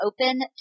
open